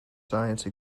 science